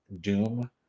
doom